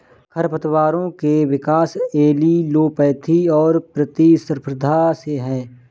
खरपतवारों के विकास एलीलोपैथी और प्रतिस्पर्धा से है